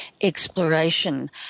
exploration